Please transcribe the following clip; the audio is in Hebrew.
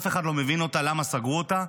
אף אחד לא מבין אותה, למה סגרו אותה,